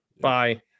bye